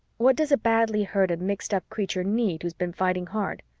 what does a badly hurt and mixed-up creature need who's been fighting hard?